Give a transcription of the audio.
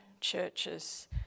churches